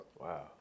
Wow